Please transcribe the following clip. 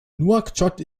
nouakchott